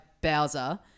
Bowser